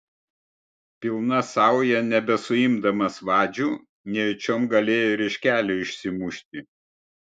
pilna sauja nebesuimdamas vadžių nejučiom galėjo ir iš kelio išsimušti